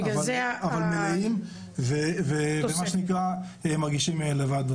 אבל מלאים ומרגישים לבד.